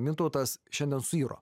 mintautas šiandien suiro